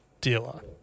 dealer